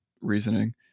reasoning